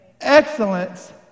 Excellence